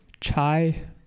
chai